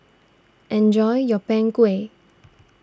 enjoy your Png Kueh